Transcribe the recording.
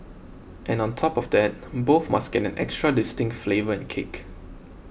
and on top of that both must get an extra distinct flavour and kick